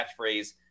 catchphrase